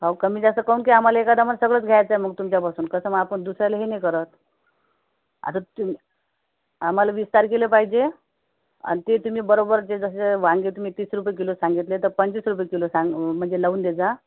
अहो कमीजास्त काहून की आम्हाला एका दमानं सगळंच घ्यायचाय मग तुमच्यापासून कसं मग आपण दुसऱ्याला हे नाही करत आता तू आम्हाला वीस तारखेला पाहिजे अन ते तुम्ही बरोबर देत असेल वांगे तुम्ही तीस रुपये किलो सांगितले तर पंचवीस रुपये किलो सांगू म्हणजे लावून देजा